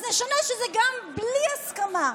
אז נשנה שזה גם בלי הסכמה,